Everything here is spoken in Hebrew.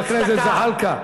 כשהתחלתי, חבר הכנסת זחאלקה.